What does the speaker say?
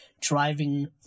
driving